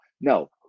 No